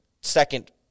second